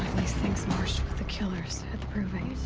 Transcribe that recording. these things marched with the killers. at the proving.